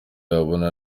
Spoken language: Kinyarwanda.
ahabona